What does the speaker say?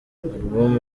album